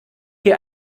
hier